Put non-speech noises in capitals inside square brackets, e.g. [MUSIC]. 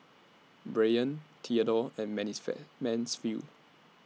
Brayan Theadore and [UNINTELLIGIBLE] Mansfield